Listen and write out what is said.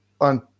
on